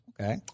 Okay